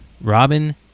Robin